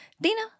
Dina